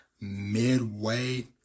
midway